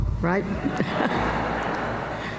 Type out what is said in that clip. right